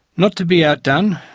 not to be outdone,